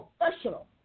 professional